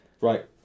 right